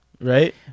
Right